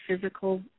physical